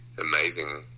amazing